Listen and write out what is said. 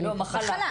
מחלה.